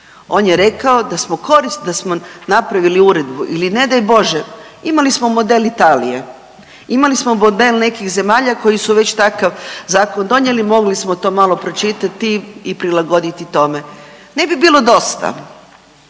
On je rekao da smo korist, da smo napravili uredbu ili ne daj Bože imali smo model Italije, imali smo model nekih zemalja koji su već takav zakon donijeli, mogli smo to malo pročitati i prilagoditi tome. Ne bi bilo dosta,